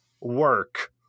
work